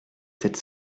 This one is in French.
sept